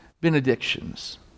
benedictions